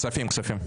כספים, כספים.